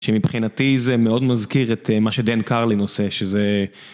שמבחינתי זה מאוד מזכיר את מה שדן קרלין עושה, שזה...